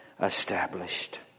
established